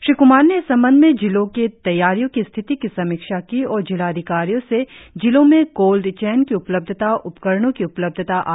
श्री कुमार ने इस संबंध में जिलों की तैयारियों की स्थिति की समीक्षा की और जिला अधिकारियों से जिलों में कोल्ड चेन की उपलब्धता उपकरणों की उपलब्धता आदि की निगरानी के लिए कहा